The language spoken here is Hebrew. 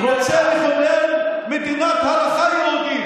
רוצה לכונן מדינת הלכה יהודית.